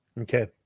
Okay